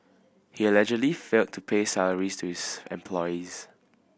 he allegedly failed to pay salaries to his employees